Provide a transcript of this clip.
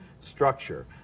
structure